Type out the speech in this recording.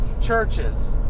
churches